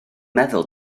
meddwl